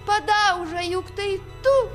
padauža juk tai tu